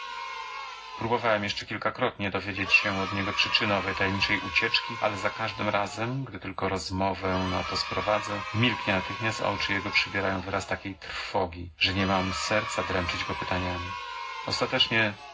próbowałem jeszcze kilkakrotnie dowiedzieć się od niego przyczyny owej tajemniczej ucieczki ale za każdym razem gdy tylko rozmowę na to sprowadzę milknie natychmiast a oczy jego przybierają wyraz takiej trwogi że nie mam serca dręczyć go pytaniami ostatecznie